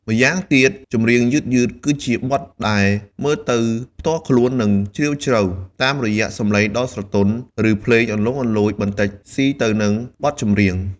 ម្យ៉ាងទៀតចម្រៀងយឺតៗគឺជាបទដែលមើលទៅផ្ទាល់ខ្លួន និងជ្រាវជ្រៅ តាមរយៈសំឡេងដ៏ស្រទន់ ឬភ្លេងលន្លង់លន្លោចបន្តិចសុីទៅនឹងបទចម្រៀង។